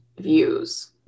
views